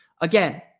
Again